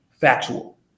factual